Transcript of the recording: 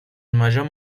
major